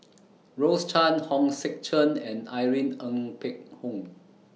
Rose Chan Hong Sek Chern and Irene Ng Phek Hoong